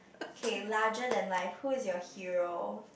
K larger than life who is your hero